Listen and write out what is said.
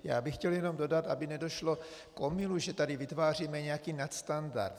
Já bych chtěl jenom dodat, aby nedošlo k omylu, že tady vytváříme nějaký nadstandard.